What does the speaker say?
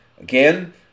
Again